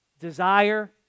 Desire